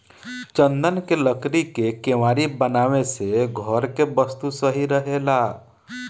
चन्दन के लकड़ी के केवाड़ी बनावे से घर के वस्तु सही रहेला